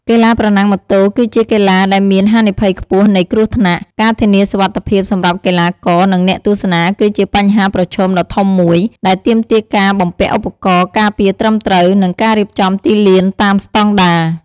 កីឡាប្រណាំងម៉ូតូគឺជាកីឡាដែលមានហានិភ័យខ្ពស់នៃគ្រោះថ្នាក់។ ការធានាសុវត្ថិភាពសម្រាប់កីឡាករ និងអ្នកទស្សនាគឺជាបញ្ហាប្រឈមដ៏ធំមួយ ដែលទាមទារការបំពាក់ឧបករណ៍ការពារត្រឹមត្រូវ និងការរៀបចំទីលានតាមស្តង់ដារ។